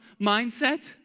mindset